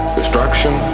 destruction